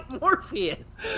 Morpheus